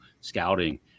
scouting